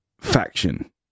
faction